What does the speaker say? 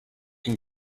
can